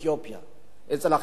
אצל אחרים אין בעיה.